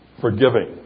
forgiving